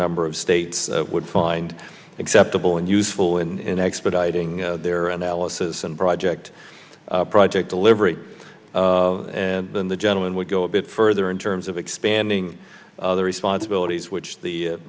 number of states would find acceptable and useful in expediting their analysis and project project delivery and then the gentleman would go a bit further in terms of expanding their responsibilities which the